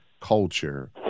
culture